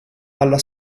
alla